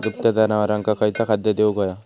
दुभत्या जनावरांका खयचा खाद्य देऊक व्हया?